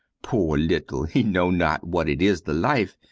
poor little! he know not what it is the life,